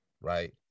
right